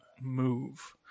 move